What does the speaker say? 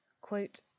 quote